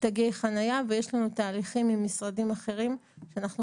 תגי חניה ויש לנו תהליכים ממשרדים אחרים שאנחנו